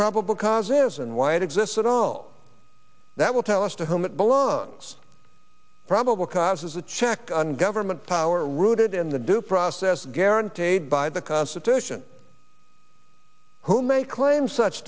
probable cause is and why it exists at all that will tell us to whom it belongs probable cause is a check on government power rooted in the due process guaranteed by the constitution who may claim such